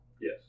Yes